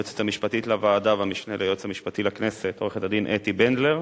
היועצת המשפטית לוועדה והמשנה ליועץ המשפטי לכנסת עורכת-הדין אתי בנדלר